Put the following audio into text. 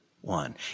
one